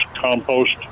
compost